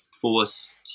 force